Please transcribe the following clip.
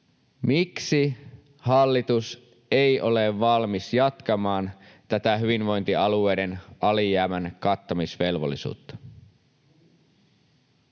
Miksi hallitus ei ole valmis jatkamaan tätä hyvinvointialueiden alijäämän kattamisvelvollisuutta?